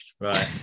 right